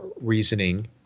reasoning